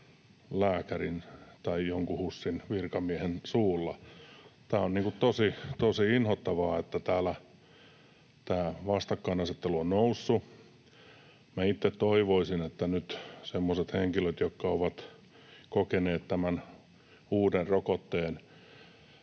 lääkärin tai jonkun HUSin virkamiehen suulla. Tämä on tosi inhottavaa, että täällä tämä vastakkainasettelu on noussut. Minä itse toivoisin, että nyt semmoiset henkilöt, jotka ovat kokeneet tämän uuden rokotteen